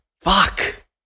Fuck